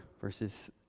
verses